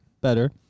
better